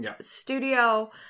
studio